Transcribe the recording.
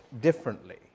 differently